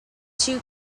two